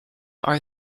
are